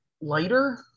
lighter